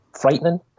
frightening